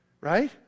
right